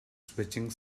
switching